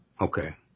Okay